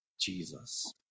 Jesus